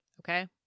Okay